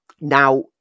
Now